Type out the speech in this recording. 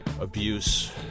abuse